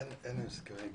אין הסכמי גג.